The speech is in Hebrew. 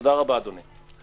תודה רבה, אדוני.